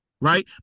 Right